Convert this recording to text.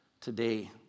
today